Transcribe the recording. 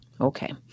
Okay